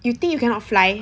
you think you cannot fly